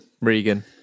Regan